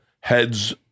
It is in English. heads